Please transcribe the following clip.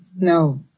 no